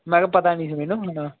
ਮੈਂ ਕਿਹਾ ਪਤਾ ਨਹੀਂ ਸੀ ਮੈਨੂੰ